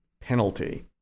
penalty